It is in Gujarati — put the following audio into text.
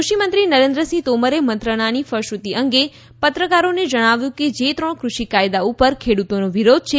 કૃષિમંત્રી નરેન્દ્રસિંહ તોમરે મંત્રણાની ફળશ્રુતિ અંગે પત્રકારોને જણાવ્યું કે જે ત્રણ કૃષિ કાયદા ઉપર ખેડૂતોને વિરોધ છે